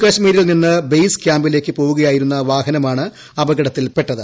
ജമ്മുകാശ്മീരിൽ നിന്ന് ബെയ്സ്ക്യാമ്പിലേക്ക് പോകുകയായിരുന്ന വാഹനമാണ് അപകടത്തിൽപ്പെട്ടത്